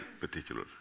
particular